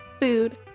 food